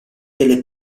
delle